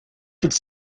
could